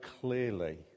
clearly